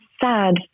sad